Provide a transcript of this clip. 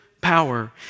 power